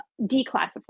declassified